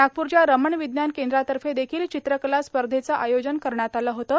नागपुरच्या रमण विज्ञान केंद्रातर्फे देखिल चित्रकला स्पर्धेचं आयोजन करण्यात आलं होतं